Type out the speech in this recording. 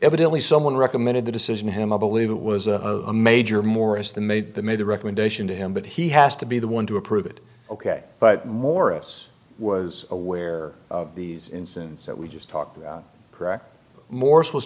evidently someone recommended the decision him i believe it was a major morris the made that made the recommendation to him but he has to be the one to approve it ok but morris was aware these incidents that we just talked about morris was